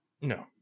No